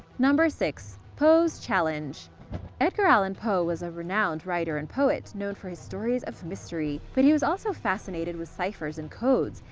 six. poe's challenge edgar allan poe was a renowned writer and poet, known for his stories of mystery, but he was also fascinated with ciphers and codes.